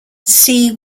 see